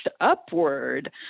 upward